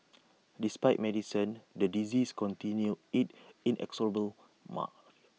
despite medicines the disease continued its inexorable March